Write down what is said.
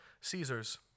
Caesars